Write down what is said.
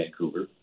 Vancouver